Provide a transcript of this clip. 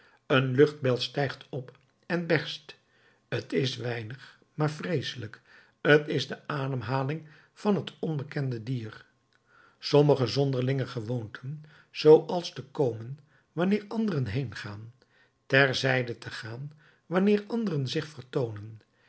een luchtbel stijgt op en berst t is weinig maar vreeselijk t is de ademhaling van het onbekende dier sommige zonderlinge gewoonten zooals te komen wanneer anderen heengaan ter zijde te gaan wanneer anderen zich vertoonen